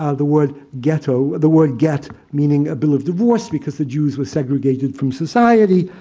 ah the word ghetto the word get meaning a bill of divorce because the jews were segregated from society,